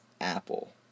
apple